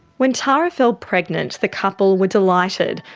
when tara fell pregnant, the couple were delighted.